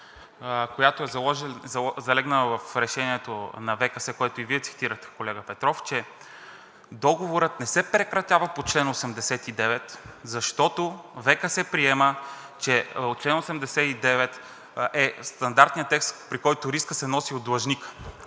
която е залегнала в решението на ВКС, което и Вие цитирахте, колега Петров, че договорът не се прекратява по чл. 89, защото ВКС приема, че чл. 89 е стандартният текст, при който рискът се носи от длъжника.